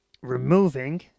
removing